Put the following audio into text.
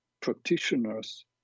practitioners